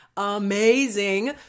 amazing